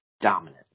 dominant